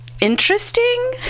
Interesting